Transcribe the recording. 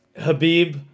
Habib